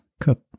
cut